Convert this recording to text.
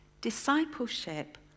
discipleship